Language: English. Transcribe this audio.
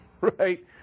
right